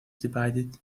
divided